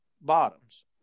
bottoms